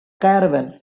caravan